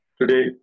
Today